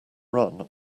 run